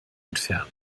entfernen